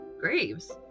graves